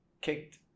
kicked